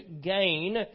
gain